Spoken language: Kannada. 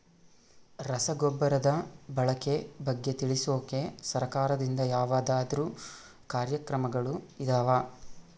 ರಸಗೊಬ್ಬರದ ಬಳಕೆ ಬಗ್ಗೆ ತಿಳಿಸೊಕೆ ಸರಕಾರದಿಂದ ಯಾವದಾದ್ರು ಕಾರ್ಯಕ್ರಮಗಳು ಇದಾವ?